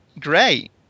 great